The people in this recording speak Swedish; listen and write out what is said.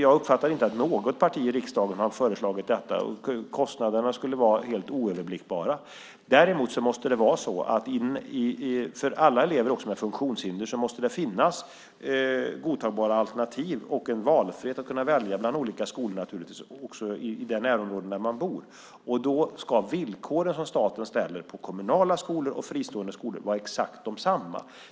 Jag uppfattar inte att något parti i riksdagen har föreslagit detta. Kostnaderna skulle vara helt oöverblickbara. Däremot måste det för alla elever, också dem med funktionshinder, finnas godtagbara alternativ och en valfrihet när det gäller att kunna välja bland olika skolor också i det närområde där man bor. Då ska villkoren som staten ställer på kommunala skolor och fristående skolor vara exakt desamma.